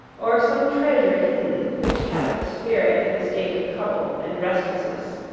or some treasure hidden, which kept the spirit in a state of trouble and restlessness.